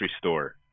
store